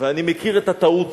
ואני מכיר את הטעות